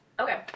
Okay